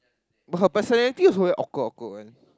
but her personality also very awkward awkward one